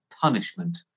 punishment